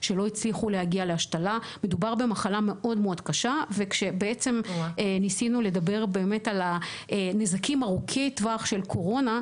CDC מדבר על כך שכמעט כל מקרה חמישי מפתח תסמינים של פוסט קורונה.